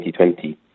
2020